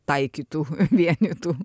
taikytų vienytų